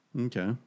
okay